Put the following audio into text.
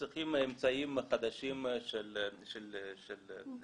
צריכים אמצעים חדשים של התערבות.